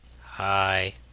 Hi